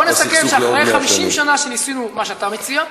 אז בוא נסכם שאחרי 50 שנה שניסינו מה שאתה מציע,